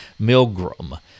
Milgram